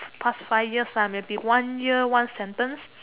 past five years ah maybe one year one sentence